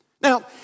Now